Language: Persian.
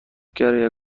کرایه